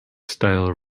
style